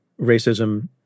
racism